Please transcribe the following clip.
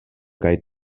kaj